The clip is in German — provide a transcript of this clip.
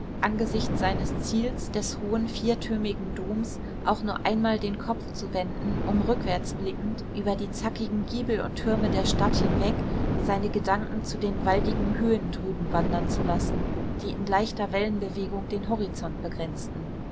angesichts seines ziels des hohen viertürmigen domes auch nur einmal den kopf zu wenden um rückwärts blickend über die zackigen giebel und türme der stadt hinweg seine gedanken zu den waldigen höhen drüben wandern zu lassen die in leichter wellenbewegung den horizont begrenzten